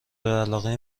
علاقه